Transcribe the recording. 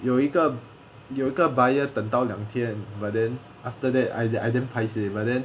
有一个有一个 buyer 等到两天 but then after that I I damn paiseh but then